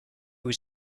was